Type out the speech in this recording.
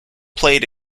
played